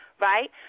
right